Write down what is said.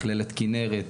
מכללת כנרת,